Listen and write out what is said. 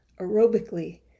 aerobically